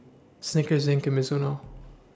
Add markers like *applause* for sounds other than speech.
*noise* Snickers Zinc and Mizuno